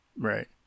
Right